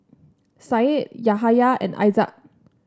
Said Yahaya and Aizat